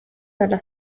dalla